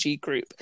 group